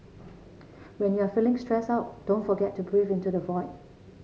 when you are feeling stressed out don't forget to breathe into the void